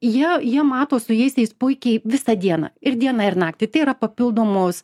jie jie mato su jais jais puikiai visą dieną ir dieną ir naktį tai yra papildomos